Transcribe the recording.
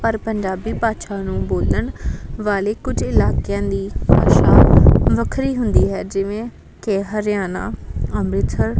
ਪਰ ਪੰਜਾਬੀ ਭਾਸ਼ਾ ਨੂੰ ਬੋਲਣ ਵਾਲੇ ਕੁਝ ਇਲਾਕਿਆਂ ਦੀ ਭਾਸ਼ਾ ਵੱਖਰੀ ਹੁੰਦੀ ਹੈ ਜਿਵੇਂ ਕਿ ਹਰਿਆਣਾ ਅੰਮ੍ਰਿਤਸਰ